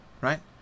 right